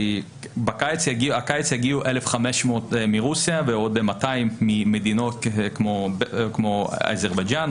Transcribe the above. הקיץ יגיעו 1,500 מרוסיה ועוד 200 ממדינות כמו אזרבייג'ן,